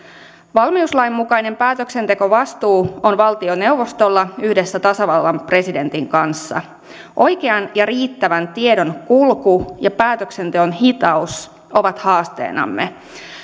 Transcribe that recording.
valmiuslain mukainen päätöksentekovastuu on valtioneuvostolla yhdessä tasavallan presidentin kanssa oikean ja riittävän tiedon kulku ja päätöksenteon hitaus ovat haasteinamme